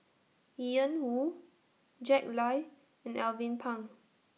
Ian Woo Jack Lai and Alvin Pang